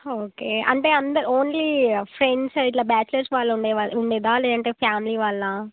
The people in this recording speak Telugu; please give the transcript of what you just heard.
ఓకే అంటే అందరు ఓన్లీ ఫ్రెండ్స్ ఇట్లా బ్యాచ్లర్స్ వాళ్ళు ఉండే ఉండేదా లేదంటే ఫ్యామిలీ వాళ్ళా